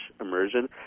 immersion